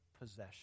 possession